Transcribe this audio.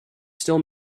still